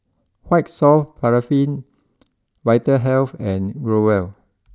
White soft Paraffin Vitahealth and Growell